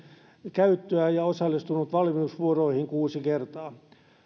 käyttöä ja osallistunut valmiusvuoroihin kuusi kertaa